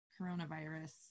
coronavirus